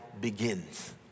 begins